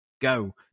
go